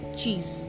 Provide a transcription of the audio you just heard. cheese